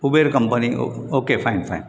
Uber company okay fine fine